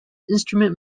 instrument